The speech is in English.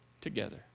together